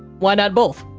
why not both?